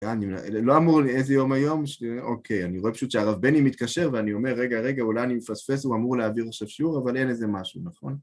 לא אמור ל... איזה יום היום? אוקיי, אני רואה פשוט שהרב בני מתקשר ואני אומר "רגע, רגע, אולי אני מפספס, הוא אמור להעביר עכשיו שיעור?", אבל אין איזה משהו, נכון?